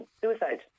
suicide